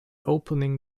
opening